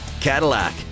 Cadillac